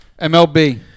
MLB